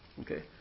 Okay